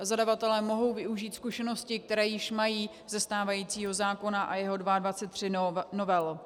Zadavatelé mohou využít zkušenosti, které již mají ze stávajícího zákona a jeho 22 novel.